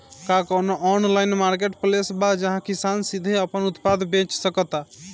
का कोनो online marketplace बा जहां किसान सीधे अपन उत्पाद बेच सकता?